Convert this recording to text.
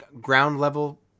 ground-level